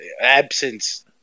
absence